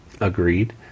Agreed